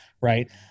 Right